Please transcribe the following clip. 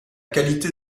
qualité